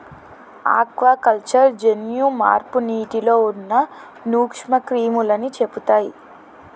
aquaculture జన్యు మార్పు నీటిలో ఉన్న నూక్ష్మ క్రిములని చెపుతయ్